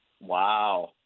Wow